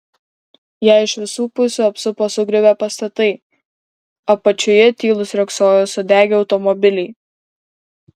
ją iš visų pusių apsupo sugriuvę pastatai apačioje tylūs riogsojo sudegę automobiliai